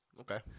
Okay